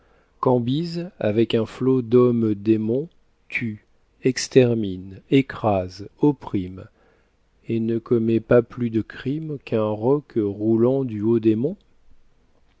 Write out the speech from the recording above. cambyse avec un flot d'hommes démons tue extermine écrase opprime et ne commet pas plus de crime qu'un roc roulant du haut des monts